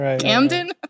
Camden